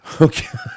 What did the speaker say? Okay